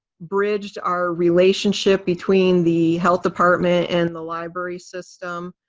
bridged our relationship between the health department and the library system.